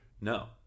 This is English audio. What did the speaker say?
no